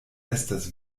estas